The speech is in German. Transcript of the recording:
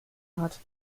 hat